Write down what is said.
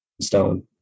stone